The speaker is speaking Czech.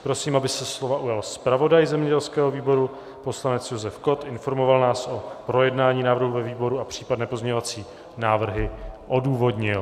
Prosím, aby se slova ujal zpravodaj zemědělského výboru poslanec Josef Kott, informoval nás o projednání návrhu ve výboru a případné pozměňovací návrhy odůvodnil.